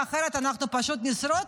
אחרת אנחנו פשוט נשרוד,